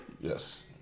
Yes